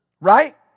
Right